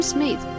Smith